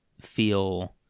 feel